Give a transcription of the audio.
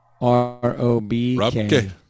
R-O-B-K